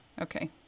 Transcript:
okay